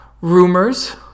rumors